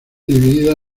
dividida